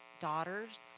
daughters